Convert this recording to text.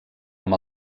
amb